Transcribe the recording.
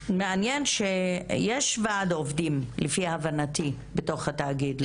מעניין שיש ועד עובדים, לפי הבנתי, בתוך התאגיד.